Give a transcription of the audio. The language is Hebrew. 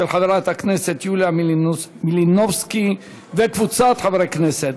של חברת הכנסת יוליה מלינובסקי וקבוצת חברי הכנסת.